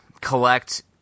collect